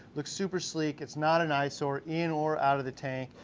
looks super sleek, it's not an eyesore in or out of the tank.